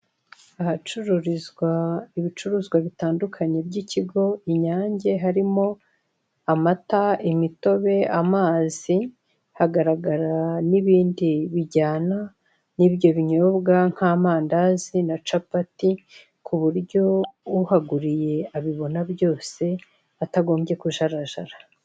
Ahacururizwa ibicuruzwa bitandukanye by'ikigo INYANGE harimo amata, imitobe, amazi, hagaragara n'ibindi bijyana n'ibyo binyobwa nk'amandazi na capati kuburyo uhaguriye abibona byose atagombye kujarajara.